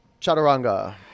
chaturanga